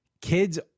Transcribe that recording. Kids